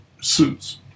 suits